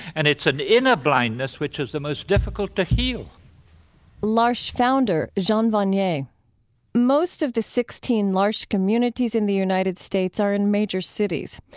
and it's an inner blindness which is the most difficult to heal l'arche founder jean vanier yeah most of the sixteen l'arche communities in the united states are in major cities.